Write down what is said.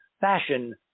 fashion